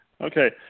Okay